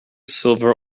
silver